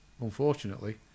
unfortunately